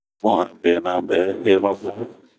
Bun abenɛ bɛ hee ma bunh.